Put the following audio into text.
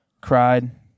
cried